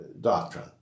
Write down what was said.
doctrine